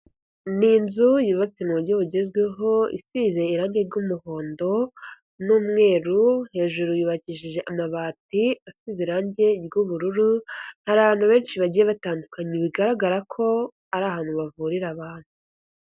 Ni inzu yubatse mu buryo bugezweho, isize irangi ry'umuhondo n'umweru, hejuru yubakishije amabati asize irangi ry'ubururu, hari abantu benshi bagiye batandukanye, bigaragara ko ari ahantu bavurira abantu.